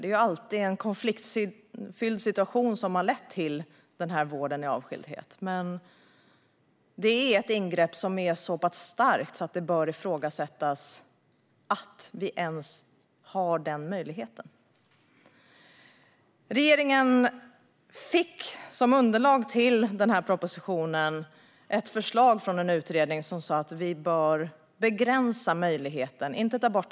Det är alltid en konfliktfylld situation som har lett till vård i avskildhet. Det är dock ett ingrepp som är så pass starkt att det bör ifrågasättas om vi ens ska ha den möjligheten. Regeringen fick som underlag till propositionen ett förslag från en utredning om att man skulle begränsa möjligheten till vård i avskildhet.